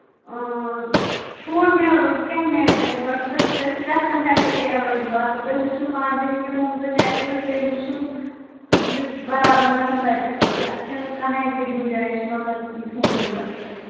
چھوٗٹ میلو کیٛاہ میلیوٕ تۅہہِ گۅڈٕ چھِ تَتہِ تَتہِ چھِ پرٛتھ کانٛہہ فیسلٹی ایٚویٚلیبٔل اَگر تُہۍ وُچھِو پانہٕ تہِ ہیٚکِو تُہۍ روٗم چیک کٔرِتھ تُہۍ وُچھِو سُہ چھُ برابر گژھان تَتیُک توٚتُے اَتھ چھَنہٕ کٔہیٖن تہِ گُنجٲیِش مطلب چھوٗٹ دِنَس پٮ۪ٹھ